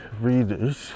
readers